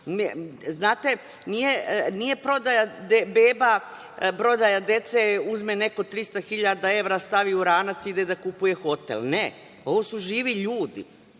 znate, nije prodaja beba, prodaja dece, uzme neko 300.000 evra, stavi u ranac i ide da kupuje hotel. Ne, ovo su živi ljudi.